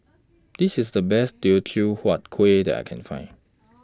This IS The Best Teochew Huat Kueh that I Can Find